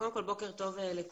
קודם כל בוקר טוב לכולם,